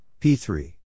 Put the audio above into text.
P3